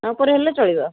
ଉପରେ ହେଲେ ଚଳିବ